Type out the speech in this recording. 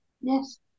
Yes